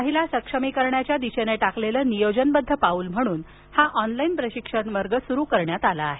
महिला सक्षमीकरणाच्या दिशेनं टाकलेलं नियोजनबद्ध पाऊल म्हणून हा ऑनलाइन प्रशिक्षण वर्ग सुरू करण्यात आला आहे